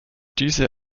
diese